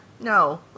No